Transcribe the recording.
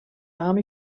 army